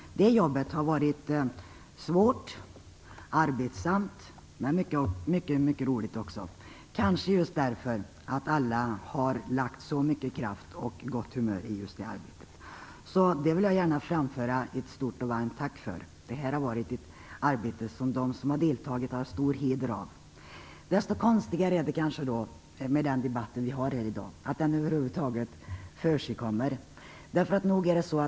Jobbet har varit svårt och arbetsamt men också mycket roligt, kanske just därför att alla har lagt så mycket kraft och haft så gott humör i just det arbetet. Jag vill gärna framföra ett stort och varmt tack för detta. De som har deltagit i det här arbetet har stor heder av det. Desto konstigare är det då med att den debatt som vi har här i dag över huvud taget försigkommer.